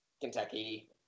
Kentucky